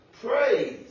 Praise